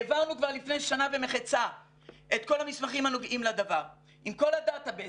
העברנו כבר לפני שנה ומחצה את כל המסמכים הנוגעים לדבר עם הדאטה בייס.